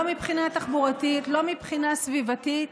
לא מבחינה תחבורתית, לא מבחינה סביבתית.